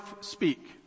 speak